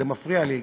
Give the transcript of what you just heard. זה מפריע לי,